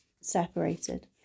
separated